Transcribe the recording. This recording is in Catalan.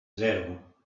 zero